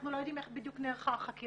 אנחנו לא יודעים איך בדיוק נערכה החקירה,